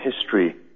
history